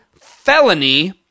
felony